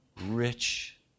rich